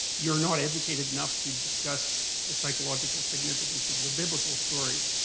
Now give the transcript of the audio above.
you're not educated enough to discuss the psychological significance of the biblical stories.